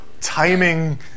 timing